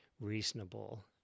reasonable